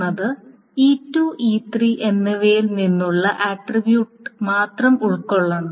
എന്നത് E2 E3 എന്നിവയിൽ നിന്നുള്ള ആട്രിബ്യൂട്ട് മാത്രം ഉൾക്കൊള്ളണം